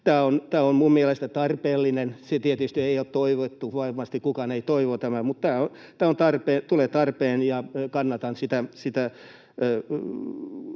minun mielestäni tarpeellinen. Se tietysti ei ole toivottu, varmasti kukaan ei toivo tätä, mutta tulee tarpeeseen, ja kannatan sitä